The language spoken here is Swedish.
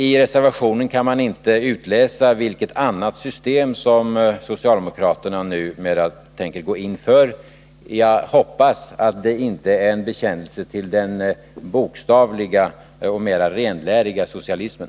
I reservationen kan man inte utläsa vilket annat system som socialdemokraterna numera tänker gå in för. Jag hoppas det inte är en bekännelse till den bokstavliga och mera renläriga socialismen.